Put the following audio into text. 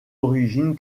origine